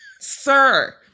sir